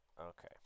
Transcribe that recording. Okay